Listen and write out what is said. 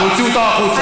להוציא אותו החוצה.